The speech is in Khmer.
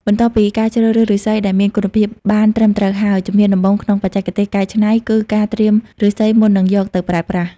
បន្ទាប់ពីការជ្រើសរើសឫស្សីដែលមានគុណភាពបានត្រឹមត្រូវហើយ ជំហានដំបូងក្នុងបច្ចេកទេសកែច្នៃគឺការត្រៀមឫស្សីមុននឹងយកទៅប្រើប្រាស់។